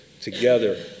together